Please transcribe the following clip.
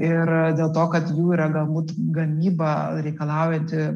ir dėl to kad jų yra gal būt gamyba reikalaujanti